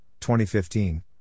2015